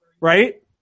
right